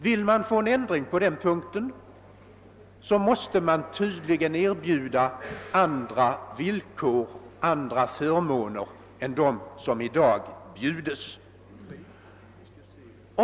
Vill man få en ändring på den punkten måste man tydligen erbjuda andra villkor, andra förmåner än de som i dag bjuds.